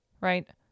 right